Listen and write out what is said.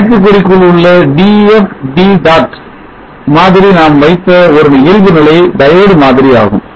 அடைப்புக்குறிக்குள் உள்ள Def D dot மாதிரி நாம் வைத்த ஒரு இயல்புநிலை diode மாதிரி ஆகும்